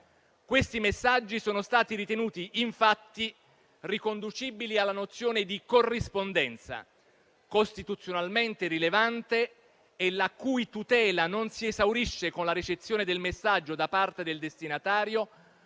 Questi messaggi sono stati ritenuti, infatti, riconducibili alla nozione di corrispondenza costituzionalmente rilevante e la cui tutela non si esaurisce con la ricezione del messaggio da parte del destinatario,